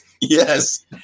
Yes